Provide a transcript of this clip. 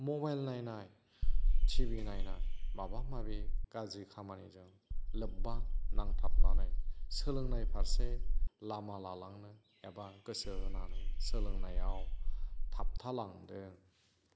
mobile नायनाय T V नायनाय माबा माबि गाज्रि खामानिजों लोबबा नांथाबनानै सोलोंनाय फारसे लामा लालांनो एबा गोसो होनानै सोलोंनायाव थाबथालांदों